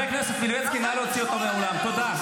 טלי, תודה.